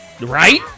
Right